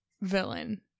Villain